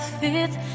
fifth